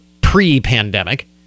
pre-pandemic